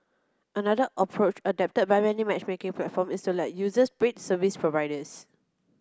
another approach adopted by many matchmaking platforms is to let users rate service providers